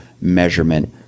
measurement